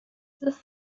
this